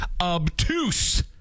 obtuse